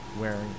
wearing